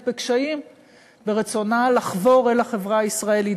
בקשיים ברצונה לחבור אל החברה הישראלית,